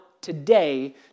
today